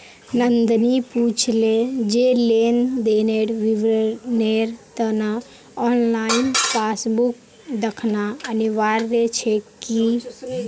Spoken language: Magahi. नंदनी पूछले जे लेन देनेर विवरनेर त न ऑनलाइन पासबुक दखना अनिवार्य छेक की